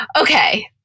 Okay